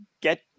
get